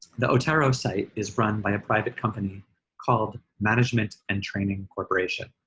the otero site is run by a private company called management and training corporation.